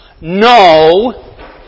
No